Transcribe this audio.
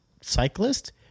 cyclist